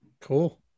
Cool